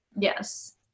Yes